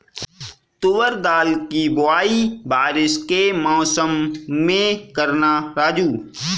तुवर दाल की बुआई बारिश के मौसम में करना राजू